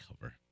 cover